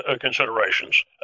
considerations